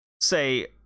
say